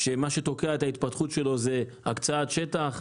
ומה שתוקע את ההתפתחות שלו זה הקצאת שטח.